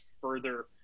further